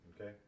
okay